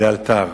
לאלתר.